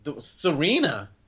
Serena